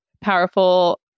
powerful